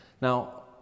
Now